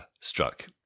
struck